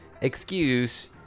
excuse